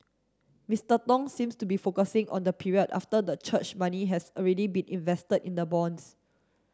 Mister Tong seems to be focusing on the period after the church money has already been invested in the bonds